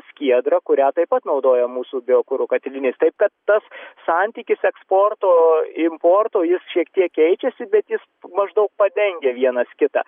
skiedra kurią taip pat naudoja mūsų biokuro katilinės taip kad tas santykis eksporto importo jis šiek tiek keičiasi bet jis maždaug padengia vienas kitą